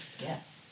Yes